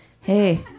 hey